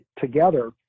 together